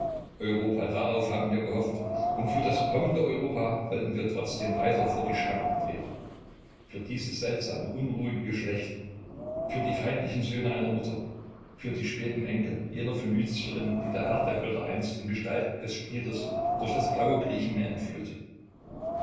europa darauf haben wir gehofft und für das kommende europa wollen wir trotzdem weiter vor die schranken treten für dieses seltsame unruhige geschlecht für die feindlichen söhne einer mutter für die späten enkel jener phönizierin die der herr der götter einst in gestalt des stieres durch das blaue griechenmeer entführte